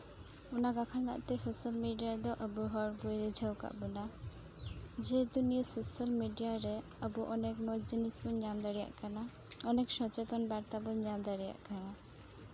ᱚᱱᱟ ᱠᱚ ᱠᱷᱚᱡ ᱛᱮ ᱥᱳᱥᱟᱞ ᱢᱤᱰᱤᱭᱟ ᱫᱚ ᱟᱵᱚ ᱦᱚᱲ ᱠᱚᱭ ᱨᱤᱡᱷᱟᱹᱣ ᱠᱟᱜ ᱵᱚᱱᱟ ᱡᱮᱦᱮᱛᱩ ᱱᱤᱭᱟᱹ ᱥᱳᱥᱟᱞ ᱢᱤᱰᱤᱭᱟ ᱨᱮ ᱟᱵᱚ ᱚᱱᱮᱠ ᱢᱚᱡᱽ ᱡᱤᱱᱤᱥ ᱵᱚᱱ ᱧᱟᱢ ᱫᱟᱲᱮᱭᱟᱜ ᱠᱟᱱᱟ ᱚᱱᱮᱠ ᱥᱚᱪᱮᱛᱚᱱ ᱵᱟᱨᱛᱟ ᱵᱚᱱ ᱧᱟᱢ ᱫᱟᱲᱮᱭᱟᱜ ᱠᱟᱱᱟ